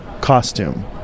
costume